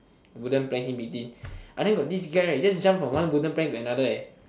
wooden planks in between I think got this guy right he just jump from one wooden plank to another eh